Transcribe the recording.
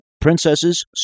princesses